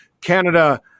Canada